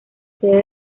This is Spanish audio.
sede